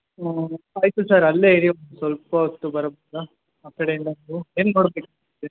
ಹ್ಞೂ ಆಯಿತು ಸರ್ ಅಲ್ಲೇ ಇರಿ ಒಂದು ಸ್ವಲ್ಪ ಹೊತ್ತು ಬರ್ಬೋದಾ ಆ ಕಡೆಯಿಂದ ನೀವು ಏನು ನೋಡಬೇಕಂತಿದ್ದೀರಿ